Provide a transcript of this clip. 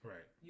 Right